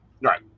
Right